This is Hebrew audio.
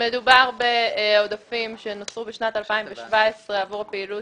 מדובר בעודפים שנוצרו בשנת 2017 עבור הפעילות